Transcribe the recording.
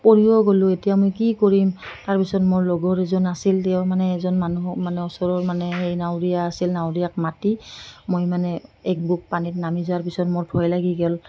পৰিও গ'লোঁ এতিয়া মই কি কৰিম তাৰ পিছত মোৰ লগৰ এজন আছিল তেওঁ মানে এজন মানুহক মানে ওচৰৰ মানে সেই নাৱৰীয়া আছিল নাাৱৰীয়াক মাতি মই মানে এবুকু পানীত নামি যোৱাৰ পিছত মোৰ ভয় লাগি গ'ল